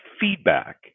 feedback